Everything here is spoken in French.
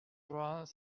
trois